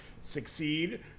succeed